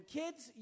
kids